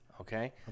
okay